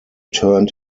turned